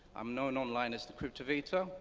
i'm known online as the cryptovader,